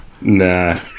Nah